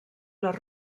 les